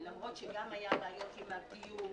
למרות שהיו גם בעיות עם הדיור,